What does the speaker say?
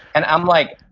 and i'm like,